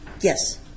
Yes